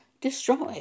destroyed